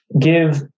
give